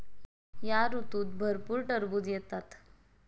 या ऋतूत भरपूर टरबूज येतात